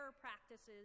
practices